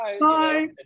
Bye